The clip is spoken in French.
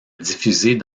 diffusée